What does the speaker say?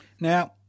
Now